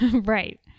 Right